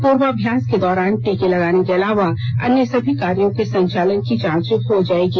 पूर्वाभ्यास के दौरान टीके लगाने के अलावा अन्य सभी कार्यों के संचालन की जांच हो जाएगी